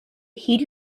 heed